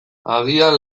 agian